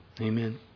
Amen